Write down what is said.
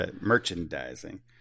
merchandising